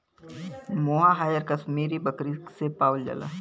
मोहायर कशमीरी बकरी से पावल जाला